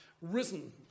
risen